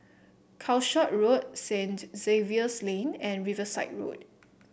Calshot Road Saint Xavier's Lane and Riverside Road